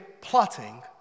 plotting